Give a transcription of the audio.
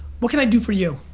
what can i do for you?